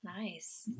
nice